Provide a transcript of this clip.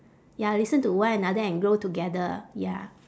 ya listen to one another and grow together ya